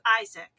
Isaac